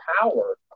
power